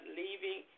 leaving